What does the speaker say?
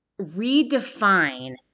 redefine